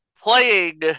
playing